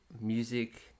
music